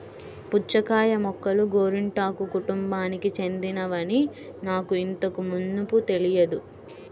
పుచ్చకాయ మొక్కలు గోరింటాకు కుటుంబానికి చెందినవని నాకు ఇంతకు మునుపు తెలియదు